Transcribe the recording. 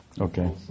Okay